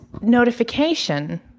notification